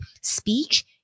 speech